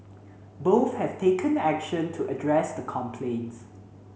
both have taken action to address the complaints